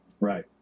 Right